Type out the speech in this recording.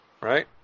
right